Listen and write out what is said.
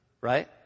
right